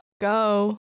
Go